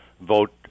vote